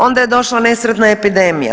Onda je došla nesretna epidemija.